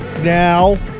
now